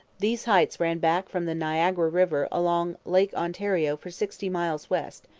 these heights ran back from the niagara river along lake ontario for sixty miles west,